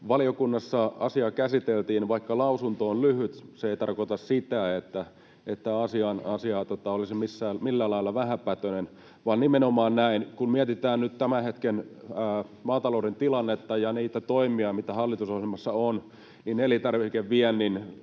valiokunnassa asiaa käsiteltiin, niin vaikka lausunto on lyhyt, se ei tarkoita sitä, että asia olisi millään lailla vähäpätöinen, vaan on nimenomaan näin, että kun mietitään nyt tämän hetken maatalouden tilannetta ja niitä toimia, mitä hallitusohjelmassa on, niin elintarvikeviennin